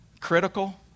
critical